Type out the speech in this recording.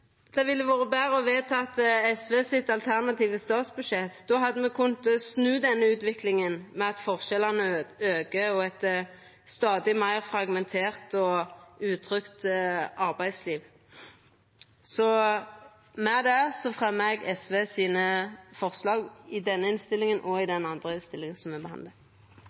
Det ville vore betre å vedta SV sitt alternative statsbudsjett. Då hadde me kunna snu denne utviklinga, at forskjellane aukar og me får eit stadig meir fragmentert og utrygt arbeidsliv. Så med det fremjar eg dei forslaga SV står åleine om i innstillinga